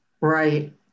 Right